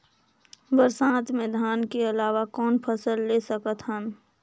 बरसात मे धान के अलावा कौन फसल ले सकत हन?